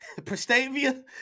Prestavia